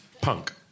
punk